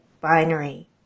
binary